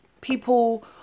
People